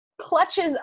clutches